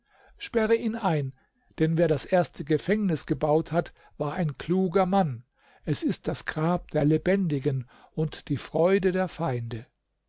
sperre ihn ein denn wer das erste gefängnis gebaut hat war ein kluger mann es ist das grab der lebendigen und die freude der feinde